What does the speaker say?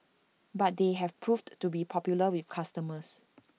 but they have proved to be popular with customers